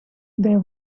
they